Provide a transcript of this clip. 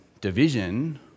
division